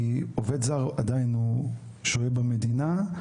כי עובד זר עדיין שוהה במדינה,